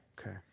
okay